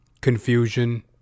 confusion